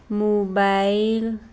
mobile